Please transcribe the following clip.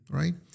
right